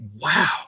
wow